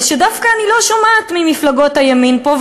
שדווקא אני לא שומעת ממפלגות הימין פה,